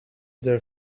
there